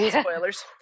Spoilers